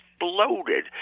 exploded